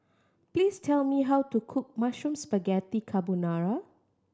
please tell me how to cook Mushroom Spaghetti Carbonara